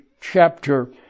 chapter